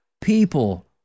people